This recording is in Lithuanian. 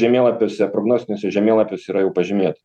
žemėlapiuose prognostiniuose žemėlapius yra jau pažymėti